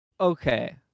Okay